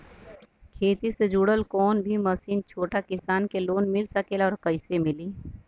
खेती से जुड़ल कौन भी मशीन छोटा किसान के लोन मिल सकेला और कइसे मिली?